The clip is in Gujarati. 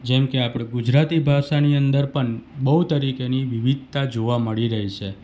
જેમ કે આપણે ગુજરાતી ભાષાની અંદર પણ બહુ તરીકેની વિવિધતા જોવા મળી રહી છે